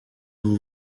vous